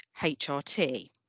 HRT